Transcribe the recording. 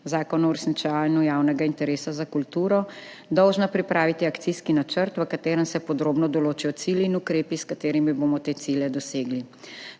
Zakona o uresničevanju javnega interesa za kulturo dolžna pripraviti akcijski načrt, v katerem se podrobno določijo cilji in ukrepi, s katerimi bomo te cilje dosegli.